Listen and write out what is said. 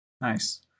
nice